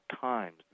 times